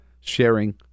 sharing